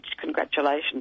congratulations